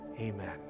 amen